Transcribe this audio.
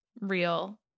real